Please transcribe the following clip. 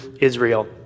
Israel